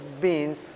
beans